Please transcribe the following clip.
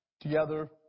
Together